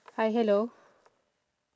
hi hello